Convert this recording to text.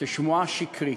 כשמועה שקרית.